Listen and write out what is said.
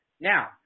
Now